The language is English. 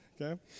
Okay